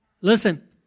Listen